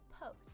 post